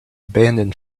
abandon